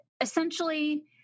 essentially